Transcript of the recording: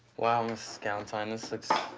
wow mrs. galantine, this looks,